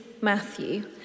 Matthew